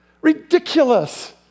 Ridiculous